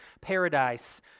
paradise